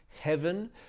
heaven